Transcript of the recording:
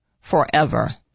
forever